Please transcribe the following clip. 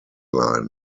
line